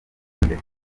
mbere